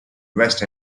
west